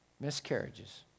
miscarriages